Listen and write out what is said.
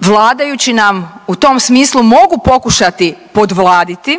Vladajući nam u tom smislu mogu pokušati podvladiti,